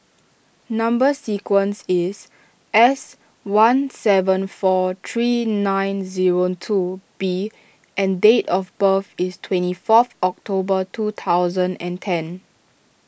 Number Sequence is S one seven four three nine zero two B and date of birth is twenty fourth October two thousand and ten